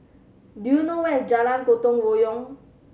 do you know where is Jalan Gotong Royong